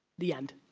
the end.